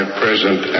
present